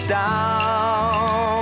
down